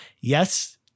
Yes